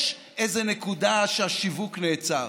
יש איזו נקודה שהשיווק נעצר,